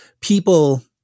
people